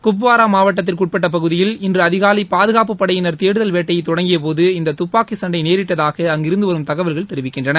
குப்வாராமாவட்டத்திற்குட்பட்டபகுதியில் இன்றுஅதிகாலைபாதுகாப்புப்படையினர் தேடுதல் வேட்டையைதொடங்கியபோது இந்ததுப்பாக்கிசண்டைநேிட்டதாக அங்கிருந்துவரும் தகவல்கள் தெரிவிக்கின்றன